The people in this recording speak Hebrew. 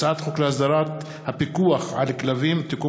הצעת חוק להסדרת הפיקוח על כלבים (תיקון